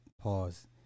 pause